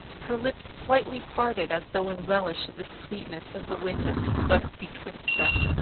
her lips slightly parted as though in relish of the sweetness of the wind that swept betwixt them.